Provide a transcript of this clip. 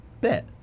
bet